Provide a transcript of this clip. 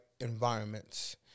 environments